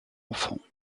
enfants